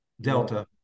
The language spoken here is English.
Delta